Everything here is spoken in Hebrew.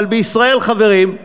אבל בישראל, חברים,